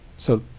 so,